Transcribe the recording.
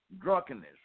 drunkenness